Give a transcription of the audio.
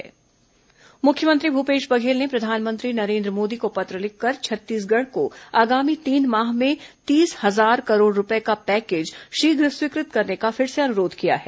मुख्यमंत्री प्रधानमंत्री पत्र मुख्यमंत्री भूपेश बधेल ने प्रधानमंत्री नरेन्द्र मोदी को पत्र लिखकर छत्तीसगढ़ को आगामी तीन माह में तीस हजार करोड़ रूपये का पैकेज शीघ्र स्वीकृत करने का फिर से अनुरोध किया है